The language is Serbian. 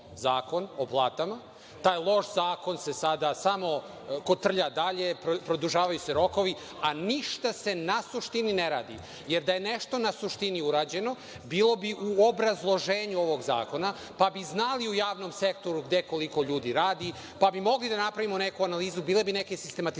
o platama. Taj loš zakon se sada samo kotrlja dalje. Produžavaju se rokovi, a ništa se na suštini ne radi, jer da je nešto na suštini urađeno bilo bi u obrazloženju ovog zakona, pa bi znali u javnom sektoru gde koliko ljudi radi, pa bi mogli da napravimo neku analizu, bile bi neke sistematizacije